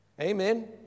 Amen